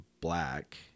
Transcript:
black